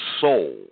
soul